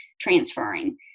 transferring